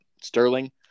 Sterling